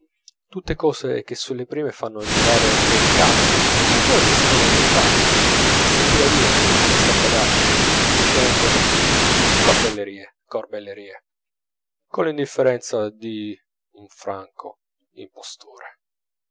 tutte cose che sulle prime fanno girare un po il capo ma poi si scrollano le spalle e si tira via senza badarci dicendo corbellerie corbellerie collindifferenza d'un franco